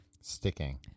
sticking